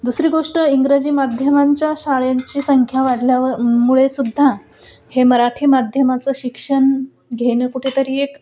दुसरी गोष्ट इंग्रजी माध्यमांच्या शाळेंची संख्या वाढल्या मुळेसुद्धा हे मराठी माध्यमाचं शिक्षण घेणं कुठेतरी एक